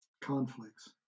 conflicts